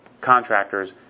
contractors